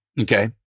Okay